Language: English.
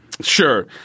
Sure